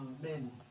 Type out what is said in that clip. Amen